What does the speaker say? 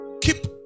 keep